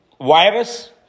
virus